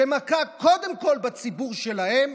שמכה קודם כול בציבור שלהם,